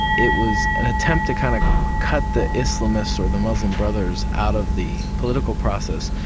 it was an attempt to kind of cut the islamists, or the muslim brothers, out of the political process.